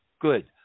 good